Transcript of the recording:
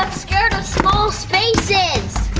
um scared of small spaces!